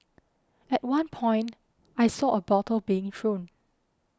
at one point I saw a bottle being thrown